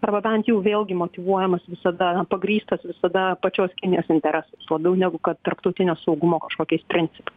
arba bent jau vėlgi motyvuojamas visada pagrįstas visada pačios kinijos interesais labiau negu kad tarptautinio saugumo kažkokiais principai